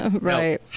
Right